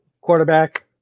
Quarterback